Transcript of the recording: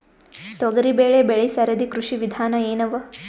ತೊಗರಿಬೇಳೆ ಬೆಳಿ ಸರದಿ ಕೃಷಿ ವಿಧಾನ ಎನವ?